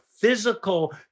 physical